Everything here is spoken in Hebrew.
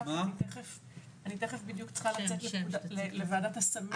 אני תיכף צריכה לצאת לוועדת הסמים,